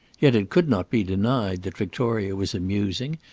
yet it could not be denied that victoria was amusing,